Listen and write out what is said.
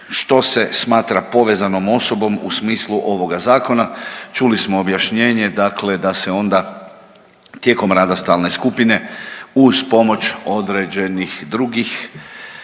što se smatra povezanom osobom u smislu ovoga zakona. Čuli smo objašnjenje dakle da se onda tijekom rada stalne skupine uz pomoć određenih drugih